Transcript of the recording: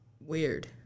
weird